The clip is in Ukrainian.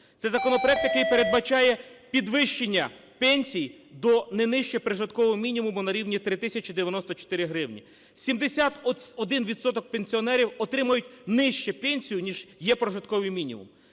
це законопроект, який передбачає підвищення пенсій до не нижче прожиткового мінімуму на рівні 3 тисячі 94 гривні, 71 відсоток пенсіонерів отримують нижче пенсію, ніж є прожитковий мінімум.